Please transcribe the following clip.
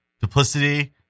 duplicity